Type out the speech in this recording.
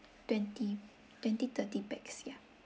twenty twenty to thirty packs yeah